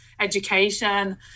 education